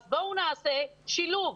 אז בואו נעשה שילוב,